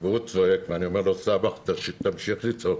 הוא צעק, ואמרתי לו: סבח, תמשיך לצעוק.